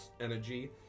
energy